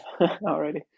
already